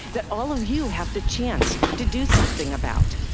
that all of you have the chance to do something about.